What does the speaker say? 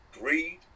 greed